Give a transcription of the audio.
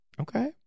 Okay